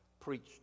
preached